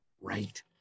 right